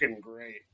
great